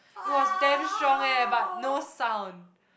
it was damn strong eh but no sound